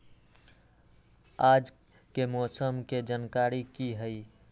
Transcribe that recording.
आज के मौसम के जानकारी कि हई?